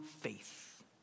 faith